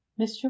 mr